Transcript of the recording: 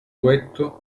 duetto